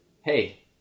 Hey